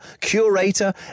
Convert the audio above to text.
curator